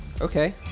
Okay